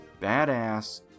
badass